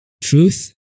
truth